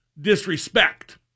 disrespect